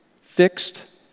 fixed